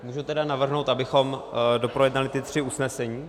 Můžu tedy navrhnout, abychom doprojednali ta tři usnesení?